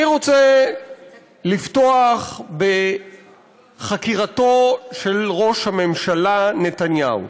אני רוצה לפתוח בחקירתו של ראש הממשלה נתניהו.